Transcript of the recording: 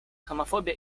homophobia